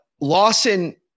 Lawson